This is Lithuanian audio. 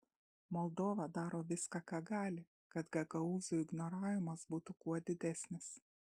moldova daro viską ką gali kad gagaūzų ignoravimas būtų kuo didesnis